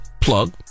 plug